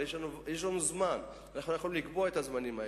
כי הרי יש לנו זמן ואנחנו יכולים לקבוע את הזמנים האלה.